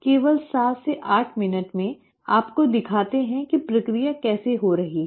केवल 7 से 10 मिनट में वे वास्तव में आपको दिखाते हैं कि प्रक्रिया कैसे हो रही है